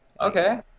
Okay